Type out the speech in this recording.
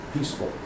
Peaceful